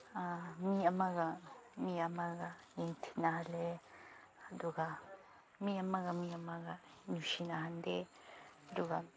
ꯃꯤ ꯑꯃꯒ ꯃꯤ ꯑꯃꯒ ꯌꯦꯡꯊꯤꯅꯍꯜꯂꯦ ꯑꯗꯨꯒ ꯃꯤ ꯑꯃꯒ ꯃꯤ ꯑꯃꯒ ꯅꯨꯡꯁꯤꯅꯍꯟꯗꯦ ꯑꯗꯨꯒ